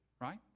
right